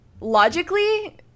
logically